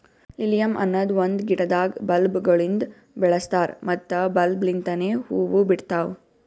lilium ಅನದ್ ಒಂದು ಗಿಡದಾಗ್ ಬಲ್ಬ್ ಗೊಳಿಂದ್ ಬೆಳಸ್ತಾರ್ ಮತ್ತ ಬಲ್ಬ್ ಲಿಂತನೆ ಹೂವು ಬಿಡ್ತಾವ್